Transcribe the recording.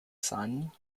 son